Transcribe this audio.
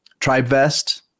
TribeVest